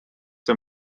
see